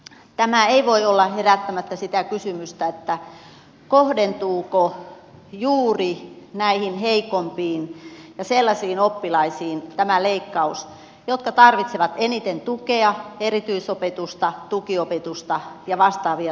tämä ei voi olla herättämättä sitä kysymystä kohdentuuko tämä leikkaus juuri näihin heikompiin ja sellaisiin oppilaisiin jotka tarvitsevat eniten tukea erityisopetusta tukiopetusta ja vastaavia tukitoimia